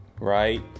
right